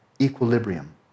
equilibrium